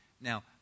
Now